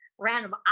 Random